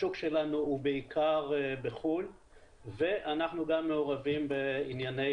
השוק שלנו הוא בעיקר בחו"ל ואנחנו גם מעורבים בענייני